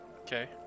Okay